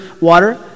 water